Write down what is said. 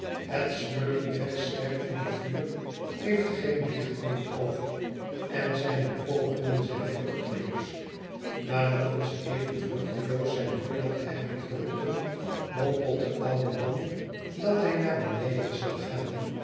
het smeulend wegstervende vuur heeft geen licht meer over en zijne pogingen zijn vruchteloos na nog eens even vruchteloos zijn huurder te hebben geroepen mompelt de oude man dat hij naar beneden zal gaan